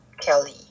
Kelly